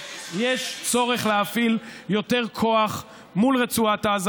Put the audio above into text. בהחלט, יש צורך להפעיל יותר כוח מול רצועת עזה.